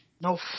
No